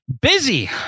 Busy